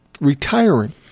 retiring